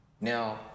Now